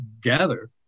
gather